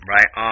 Right